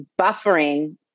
Buffering